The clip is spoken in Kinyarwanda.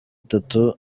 itatu